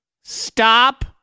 Stop